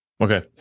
okay